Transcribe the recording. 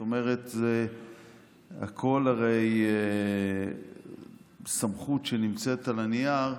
זאת אומרת, הכול הרי סמכות שנמצאת על הנייר,